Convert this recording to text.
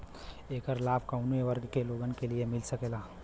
ऐकर लाभ काउने वर्ग के लोगन के मिल सकेला?